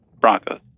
Broncos